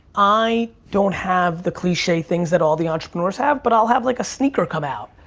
i don't have the cliche things that all the entrepreneurs have but i'll have like a sneaker come out.